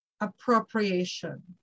appropriation